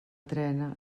trena